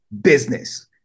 business